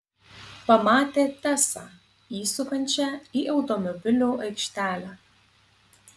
pamatė tesą įsukančią į automobilių aikštelę